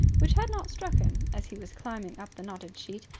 which had not struck him as he was climbing up the knotted sheet,